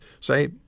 say